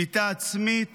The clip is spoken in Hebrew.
שליטה עצמית